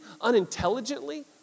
unintelligently